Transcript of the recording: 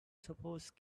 suppose